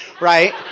right